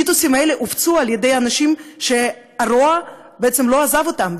המיתוסים האלה הופצו על ידי אנשים שהרוע בעצם לא עזב אותם.